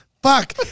Fuck